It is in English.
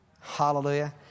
Hallelujah